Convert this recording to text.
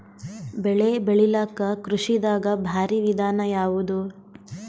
ಬೆಳೆ ಬೆಳಿಲಾಕ ಕೃಷಿ ದಾಗ ಭಾರಿ ವಿಧಾನ ಯಾವುದು?